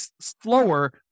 slower